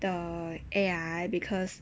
the A_I because